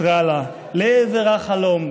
טרה לה / לעבר החלום,